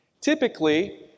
Typically